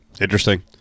interesting